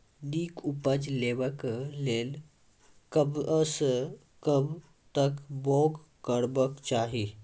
नीक उपज लेवाक लेल कबसअ कब तक बौग करबाक चाही?